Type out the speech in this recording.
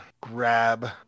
grab